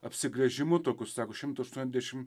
apsigręžimu tokiu sako šimto aštuondešim